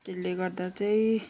त्यसले गर्दा चाहिँ